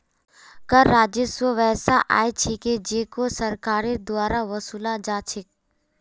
कर राजस्व वैसा आय छिके जेको सरकारेर द्वारा वसूला जा छेक